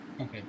Okay